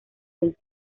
del